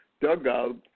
dugout